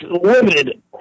limited